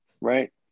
right